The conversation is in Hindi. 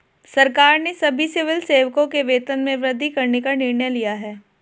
सरकार ने सभी सिविल सेवकों के वेतन में वृद्धि करने का निर्णय लिया है